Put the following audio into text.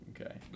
Okay